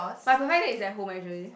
my perfect date is at home actually